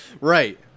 right